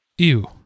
Ew